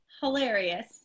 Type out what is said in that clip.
hilarious